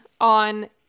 on